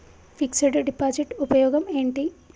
Fix డ్ deposit ఉపయోగం ఏంటి?